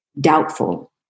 doubtful